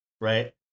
right